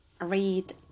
read